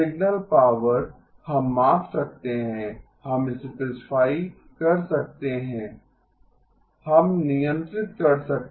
signal power हम माप सकते हैं हम स्पेसिफाई कर सकते हैं हम नियंत्रित कर सकते हैं